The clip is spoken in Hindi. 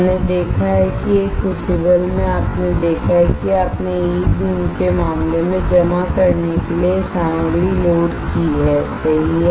हमने देखा है कि एक क्रूसिबल में आपने देखा है कि आपने ई बीम9E beam के मामले में जमा करने के लिए यह सामग्री लोड की हैसही है